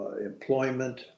employment